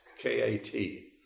K-A-T